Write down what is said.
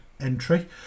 entry